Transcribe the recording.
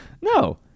No